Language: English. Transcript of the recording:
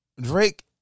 Drake